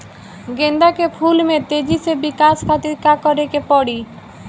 गेंदा के फूल में तेजी से विकास खातिर का करे के पड़ी?